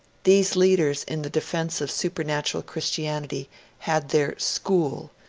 these leaders in the defence of supernatural christianity had their school,